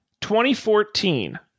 2014